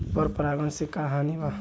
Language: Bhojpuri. पर परागण से का हानि बा?